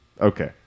Okay